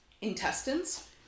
intestines